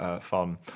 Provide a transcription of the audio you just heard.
fun